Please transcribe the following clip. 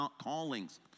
callings